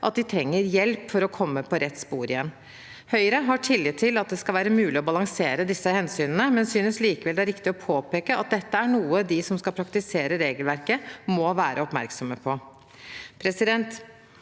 at de trenger hjelp for å komme på rett spor igjen. Høyre har tillit til at det skal være mulig å balansere disse hensynene, men synes likevel det er riktig å påpeke at dette er noe de som skal praktisere regelverket, må være oppmerksomme på.